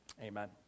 amen